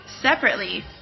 separately